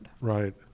Right